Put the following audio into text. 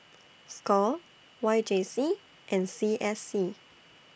SCORE Y J C and C S C